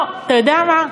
לא, אתה יודע מה,